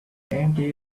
empty